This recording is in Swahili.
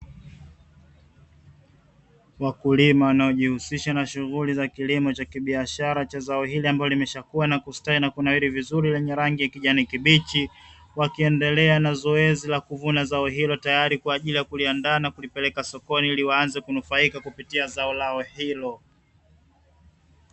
Wakulima wanaojihusisha na shughuli za kilimo cha kibiashara cha zao hili ambalo limeshakuwa na kustawi na kunawiri vizuri lenye rangi ya kijani kibichi, wakiendelea na zoezi la kuvuna zao hilo tayari kwa ajili ya kuliandaa na kulipeleka sokoni ili waanze kunufaika kupitia zao lao hilo.